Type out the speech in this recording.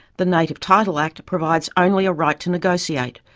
the native title act provides only a right to negotiate,